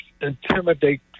intimidate